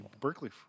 Berkeley